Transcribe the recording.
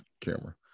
camera